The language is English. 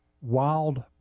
wild